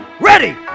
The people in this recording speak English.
Ready